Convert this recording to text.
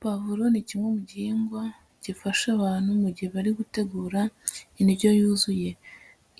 Pavuro ni kimwe mu gihingwa gifasha abantu mu gihe bari gutegura indyo yuzuye.